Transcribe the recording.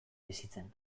bizitzen